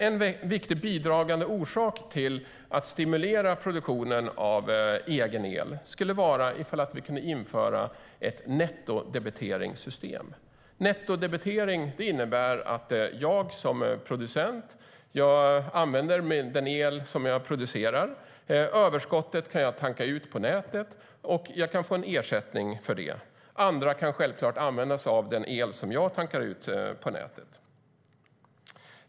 Ett viktigt bidrag för att stimulera produktionen av egen el skulle vara att införa ett nettodebiteringssystem. Nettodebitering innebär att jag som producent använder den el jag producerar, tankar ut överskottet på nätet och får ersättning för det. Andra kan självklart använda sig av den el jag tankar ut på nätet.